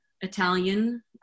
Italian